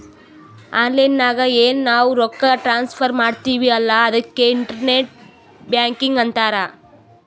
online ನಾಗ್ ಎನ್ ನಾವ್ ರೊಕ್ಕಾ ಟ್ರಾನ್ಸಫರ್ ಮಾಡ್ತಿವಿ ಅಲ್ಲಾ ಅದುಕ್ಕೆ ಇಂಟರ್ನೆಟ್ ಬ್ಯಾಂಕಿಂಗ್ ಅಂತಾರ್